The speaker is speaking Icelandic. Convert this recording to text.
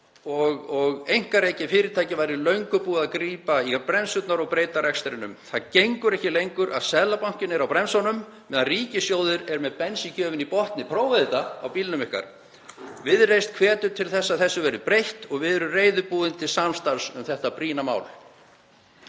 Einkarekið fyrirtæki væri löngu búið að grípa í bremsurnar og breyta rekstrinum. Það gengur ekki lengur að Seðlabankinn sé á bremsunum meðan ríkissjóður er með bensíngjöfina í botni. Prófið þetta á bílnum ykkar. Viðreisn hvetur til þess að þessu verði breytt og við erum reiðubúin til samstarfs um þetta brýna mál.